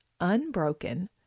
unbroken